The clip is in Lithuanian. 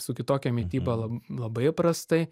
su kitokia mityba labai prastai